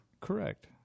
Correct